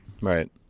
Right